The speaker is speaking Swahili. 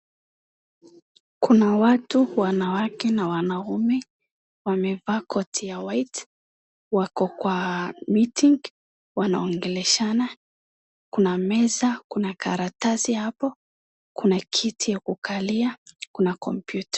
Kuna watu wanawake na wanaume wamevaa koti ya white wako kwa meeting wanaongeleshana kuna meza kuna karatasi hapo kuna kiti ya kukalia kuna computer .